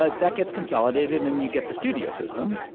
ah that gets consolidated and you get the studio system,